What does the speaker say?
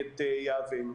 את יהבנו.